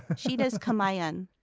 she does kabayan,